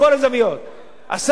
10,000 דירות ריקות בירושלים